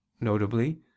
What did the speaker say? notably